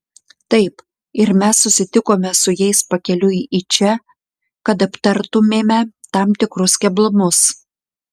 taip ir mes susitikome su jais pakeliui į čia kad aptartumėme tam tikrus keblumus